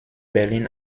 berlin